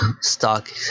Stock